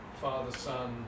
father-son